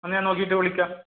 എന്നാൽ ഞാൻ നോക്കീട്ട് വിളിക്കാം